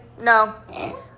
no